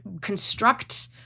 construct